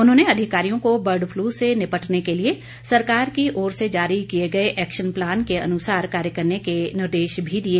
उन्होंने अधिकारियों को बर्ड फ्लू से निपटने के लिए सरकार की ओर से जारी किए गए एक्शन प्लान के अनुसार कार्य करने के निर्देश भी दिए